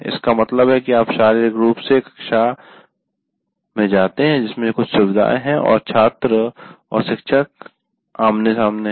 इसका मतलब है आप शारीरिक रूप से एक कक्षा में जाते हैं जिसमें कुछ सुविधाएं हैं और छात्र और शिक्षक आमने सामने हैं